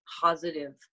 positive